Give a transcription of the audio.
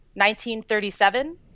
1937